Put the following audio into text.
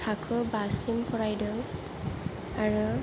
थाखो बासिम फरायदों आरो